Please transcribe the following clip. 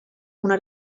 una